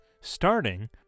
Starting